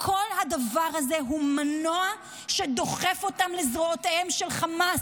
כל הדבר הזה הוא מנוע שדוחף אותם לזרועותיה של חמאס,